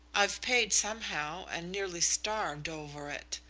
i've paid somehow and nearly starved over it.